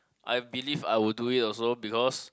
I believe I would do it also because